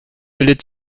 bildet